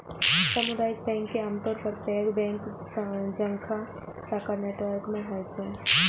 सामुदायिक बैंक के आमतौर पर पैघ बैंक जकां शाखा नेटवर्क नै होइ छै